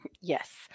Yes